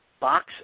Box